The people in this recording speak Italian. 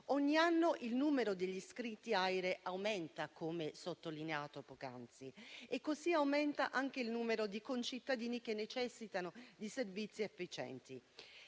Ogni anno il numero degli iscritti AIRE aumenta - come sottolineato poc'anzi - e così aumenta anche il numero di concittadini che necessitano di servizi efficienti.